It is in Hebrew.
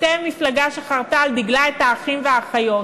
אתם מפלגה שחרתה על דגלה את האחים ואת האחיות.